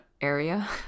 area